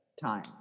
time